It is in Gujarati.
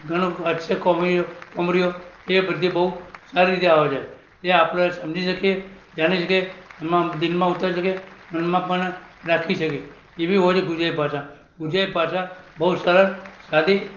ઘણું હાસ્ય કોમેડીઓ એ બધી બહુ સારી રીતે આવે છે એ આપણે સમજી શકીએ જાણી શકીએ એમાં ડીપમાં ઉતરી શકીએ મનમાં પણ રાખી શકીએ એવી હોય છે ગુજરાતી ભાષા ગુજરાતી ભાષા બહુ સરળ સાદી